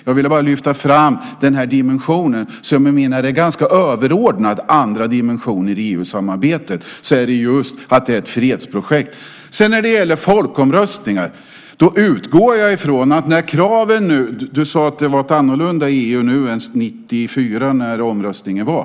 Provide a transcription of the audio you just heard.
Jag ville bara lyfta fram denna dimension som jag menar är ganska överordnad andra dimensioner i EU-samarbetet, nämligen just att det är ett fredsprojekt. Du sade att det var ett annorlunda EU nu än 1994 när omröstningen skedde.